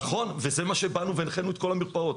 נכון, וזה מה שבאנו והנחינו את כל המרפאות.